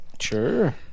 Sure